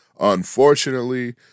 Unfortunately